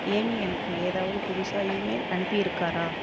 Amy எனக்கு ஏதாவது புதுசாக ஈமெயில் அனுப்பி இருக்காரா